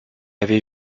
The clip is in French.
avait